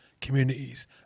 communities